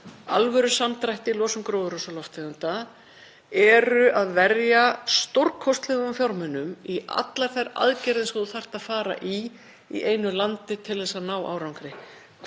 alvörusamdrætti í losun gróðurhúsalofttegunda, eru að verja stórkostlegum fjármunum í allar þær aðgerðir sem þú þarft að fara í í einu landi til að ná árangri,